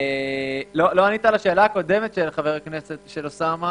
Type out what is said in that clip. לא ענית על שאלתו הקודמת של חבר הכנסת אוסאמה